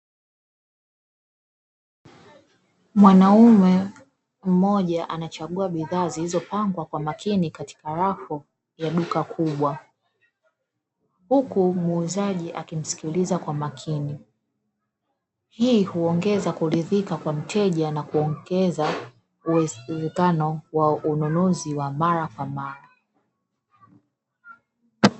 Mwanaume mmoja, anachagua bidhaa zilizopangwa kwa makini katika rafu ya duka kubwa, huku muuzaji akimsikiliza kwa makini. Hii huongeza kuridhika kwa mteja na kuongeza uwezekano wa ununuzi wa mara kwa mara.